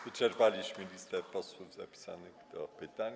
Wyczerpaliśmy listę posłów zapisanych do pytań.